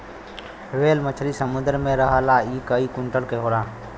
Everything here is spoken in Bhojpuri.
ह्वेल मछरी समुंदर में रहला इ कई कुंटल क होला